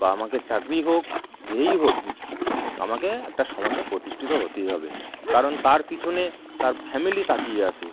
বা আমাকে চাকরি হোক যেই হোক আমাকে একটা সমাজে প্রতিষ্ঠিত হতেই হবে কারণ তার পিছনে তার ফ্যামিলি তাকিয়ে আছে